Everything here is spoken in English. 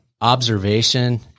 observation